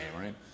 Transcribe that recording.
right